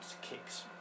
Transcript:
kicks